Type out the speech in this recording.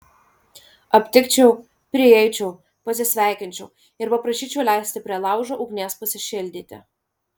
aptikčiau prieičiau pasisveikinčiau ir paprašyčiau leisti prie laužo ugnies pasišildyti